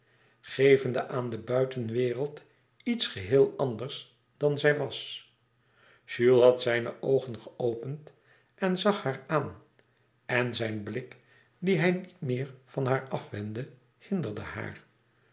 gevende aan de buitenwereld iets geheel anders dan zij was jules had zijne oogen geopend en zag haar aan en zijn blik dien hij niet meer van haar afwendde hinderde haar